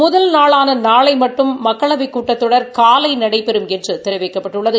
முதல் நாளான நாளை மட்டும் மக்களவைத் கூட்டத்தொடர் காலை நடைபெறும் என்று தெிவிக்கப்பட்டுள்ளது